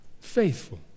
Faithful